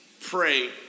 pray